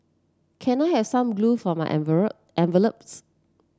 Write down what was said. can I have some glue for my envelopes